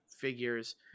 figures